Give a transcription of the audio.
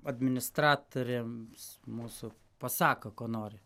administratorėms mūsų pasako ko nori